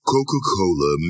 coca-cola